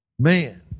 man